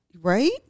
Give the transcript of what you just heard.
right